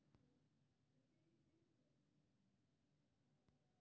रिटर्नक आंतरिक दर संभावित निवेश के लाभ के अनुमान लगाबै लेल उपयोग कैल जाइ छै